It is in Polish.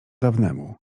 dawnemu